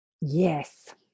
Yes